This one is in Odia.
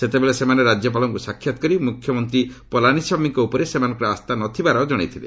ସେତେବେଳେ ସେମାନେ ରାଜ୍ୟପାଳଙ୍କ ସାକ୍ଷାତ୍ କରି ମ୍ରଖ୍ୟମନ୍ତ୍ରୀ ପଲାନିସ୍ୱାମୀଙ୍କ ଉପରେ ସେମାନଙ୍କର ଆସ୍ଥା ନ ଥିବାର ଜଣାଇଥିଲେ